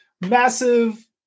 massive